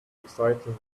exciting